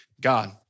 God